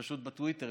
פשוט בטוויטר,